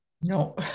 No